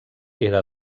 era